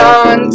on